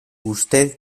usted